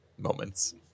moments